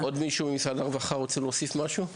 האם עוד מישהו ממשרד הרווחה רוצה להוסיף משהו?